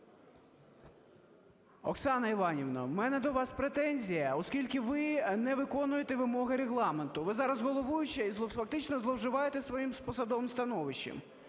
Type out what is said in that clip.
Оксана Іванівна, у мене до вас претензія, оскільки ви не виконуєте вимоги Регламенту. Ви зараз головуюча і фактично зловживаєте своїм посадовим становищем.